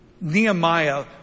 Nehemiah